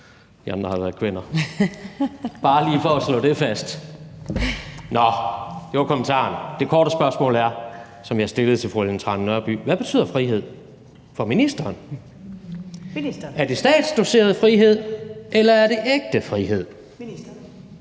har været kvinder. Det er bare lige for at slå det fast. Nå, det var kommentaren. Det korte spørgsmål, som jeg også stillede til fru Ellen Trane Nørby, er: Hvad betyder frihed for ministeren? Er det statsdoseret frihed, eller er det ægte frihed?